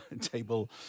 table